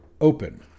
open